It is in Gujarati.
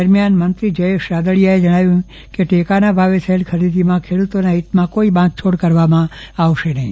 દરમિયાન મંત્રી જયેશભાઈ રાદડીયાએ જણાવ્યું હતું કે ટેકાના ભાવે થયેલ ખરીદીમાં ખેડૂતોના હીતમાં કોઈ બાંધછોડ કરવામાં આવશે નહીં